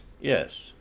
yes